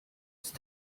ist